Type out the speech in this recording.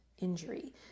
injury